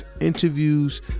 interviews